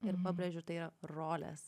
ir pabrėžiu tai yra rolės